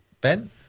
ben